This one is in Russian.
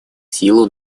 силу